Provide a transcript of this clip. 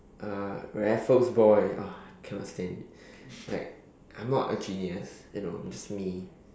uh Raffles boy uh cannot stand it like I'm not a genius you know I'm just me